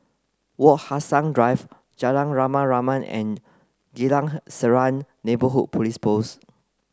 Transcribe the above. Wak Hassan Drive Jalan Rama Rama and Geylang Serai Neighbourhood Police Post